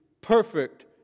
perfect